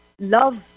love